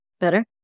Better